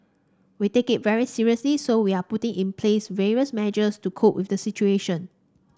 we take it very seriously so we are putting in place various measures to cope with the situation